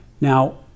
Now